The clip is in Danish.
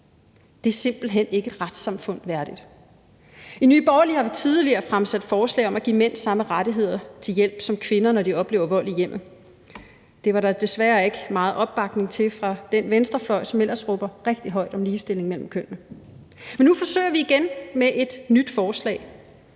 Det er simpelt hen ikke et retssamfund værdigt. I Nye Borgerlige har vi tidligere fremsat forslag om at give mænd samme rettigheder til hjælp som kvinder, når de oplever vold i hjemmet. Det var der desværre ikke meget opbakning til fra den venstrefløj, som ellers råber rigtig højt om ligestilling mellem kønnene. Men nu forsøger vi igen med et nyt forslag.